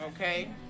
okay